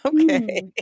okay